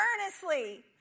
earnestly